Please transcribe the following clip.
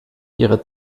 ihrer